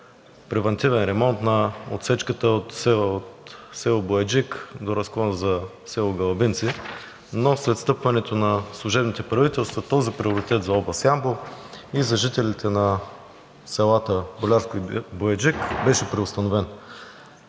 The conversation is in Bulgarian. превантивен ремонт на отсечка от село Бояджик до разклона за село Гълъбинци, но след встъпването на служебното правителство този приоритет за област Ямбол и за жителите на селата Болярско и Бояджик беше преустановен.